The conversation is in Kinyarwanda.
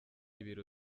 ibiro